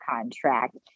contract